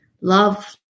Love